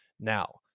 Now